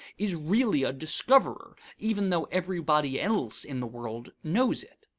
is really a discoverer, even though everybody else in the world knows it.